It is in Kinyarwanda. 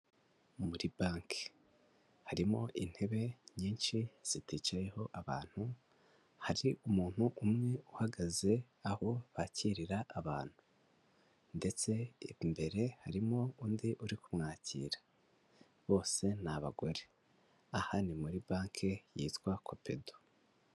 Muri banki. Harimo intebe nyinshi ziticayeho abantu, hari umuntu umwe uhagaze aho bakirira abantu ndetse imbere harimo undi uri kumwakira. Bose ni abagore. Aha ni muri banki yitwa Kopedo.